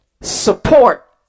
support